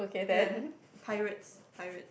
pirates pirate